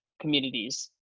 communities